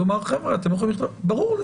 ברור לי